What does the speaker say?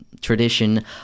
tradition